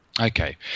Okay